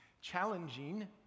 challenging